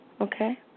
Okay